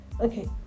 okay